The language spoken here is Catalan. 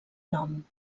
nom